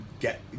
get